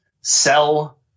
sell